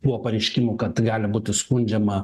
buvo pareiškimų kad gali būti skundžiama